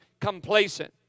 complacent